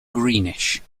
greenish